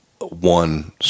one